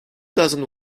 doesn’t